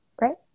right